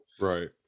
right